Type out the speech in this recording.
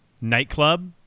nightclub